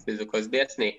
fizikos dėsniai